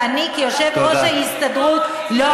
ואני כיושב-ראש ההסתדרות הרפואית,